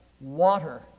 water